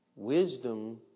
Wisdom